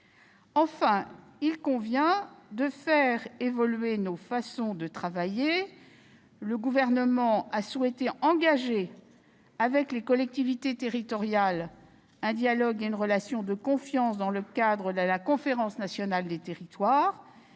Enfin, il convient de faire évoluer nos façons de travailler. Le Gouvernement a souhaité engager, avec les collectivités territoriales, un dialogue et une relation de confiance dans le cadre de la Conférence nationale des territoires,